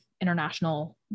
international